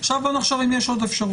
בואו נחשוב אם יש עוד אפשרות.